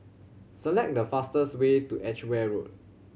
select the fastest way to Edgware Road